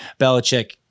Belichick